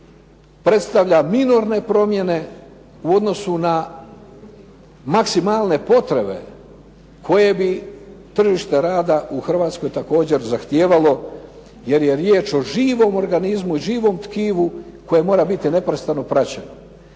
predstavlja minorne promjene u odnosu na maksimalne potrebe koje bi tržište rada u Hrvatskoj također zahtijevalo jer je riječ o živom organizmu i živom tkivu koje mora biti neprestano praćeno.